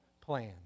plan